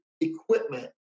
equipment